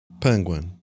Penguin